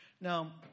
Now